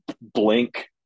Blink